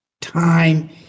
time